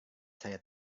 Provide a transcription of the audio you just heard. saya